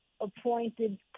appointed